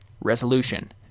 resolution